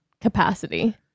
capacity